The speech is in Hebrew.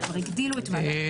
כבר הגדילו ועדת חוץ וביטחון בעבר.